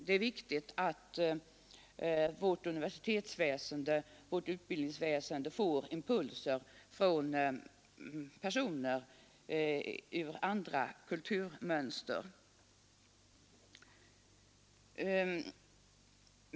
Det är viktigt att vårt utbildningsväsende får impulser från personer ur andra kulturmönster.